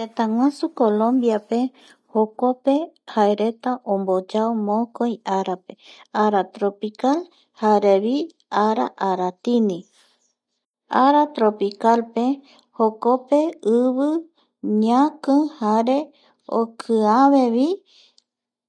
Tëtäguasu Colombiape jokope jaereta omboyao mokoi arape ara tropical jare ara aratini ara tropicalpe jokope ara ñavi jare okiavevi